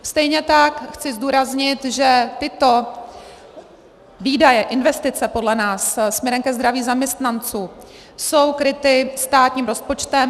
Stejně tak chci zdůraznit, že tyto výdaje, investice podle nás směrem ke zdraví zaměstnanců, jsou kryty státním rozpočtem.